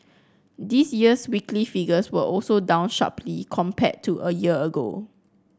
this year's weekly figures were also down sharply compared to a year ago